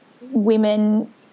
women